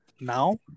Now